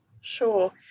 Sure